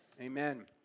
Amen